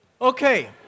Okay